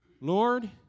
Lord